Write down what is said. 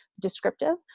descriptive